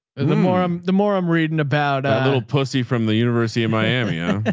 and the more, um the more i'm reading about a little pussy from the university of miami. yeah